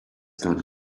gone